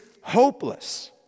hopeless